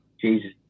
Jesus